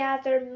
Gather